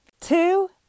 Two